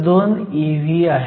2 eV आहे